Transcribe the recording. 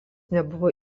nebuvo